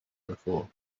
before